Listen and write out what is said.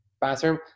bathroom